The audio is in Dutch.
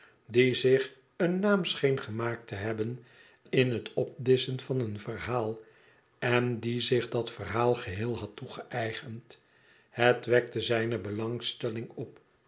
die zich een naam scheen gemaakt te hebben in het opdisschen van een verhaal en die zich dat verhaal geheel had toegeëigend het wekte zijne belangstelling op